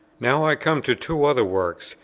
now i come to two other works,